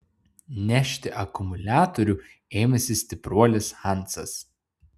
nešti akumuliatorių ėmėsi stipruolis hansas